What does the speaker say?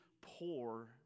poor